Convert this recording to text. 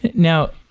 now,